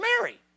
Mary